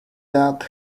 that